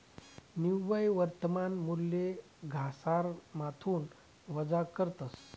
निव्वय वर्तमान मूल्य घसारामाथून वजा करतस